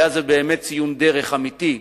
היה זה באמת ציון דרך אמיתי,